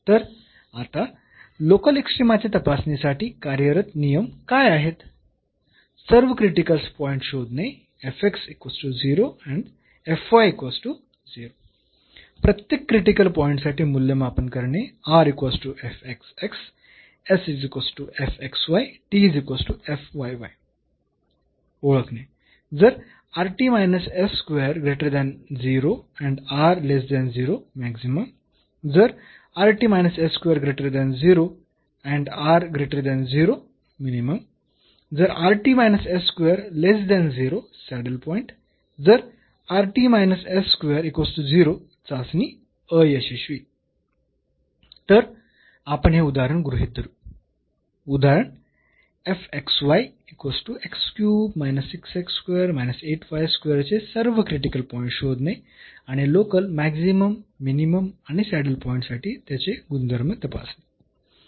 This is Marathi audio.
तर आता लोकल एक्स्ट्रीमाच्या तपासणीसाठी कार्यरत नियम काय आहेत • सर्व क्रिटिकल पॉईंट्स शोधणे • प्रत्येक क्रिटिकल पॉईंट साठी मूल्यमापन करणे • ओळखणे • जर मॅक्सिमम • जर मिनिमम • जर सॅडल पॉईंट • जर चाचणी अयशस्वी तर आपण हे उदाहरण गृहीत धरू उदाहरण चे सर्व क्रिटिकल पॉईंट्स शोधणे आणि लोकल मॅक्सिमममिनिमम आणि सॅडल पॉईंट साठी त्याचे गुणधर्म तपासणे